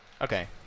Okay